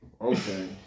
Okay